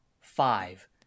five